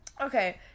Okay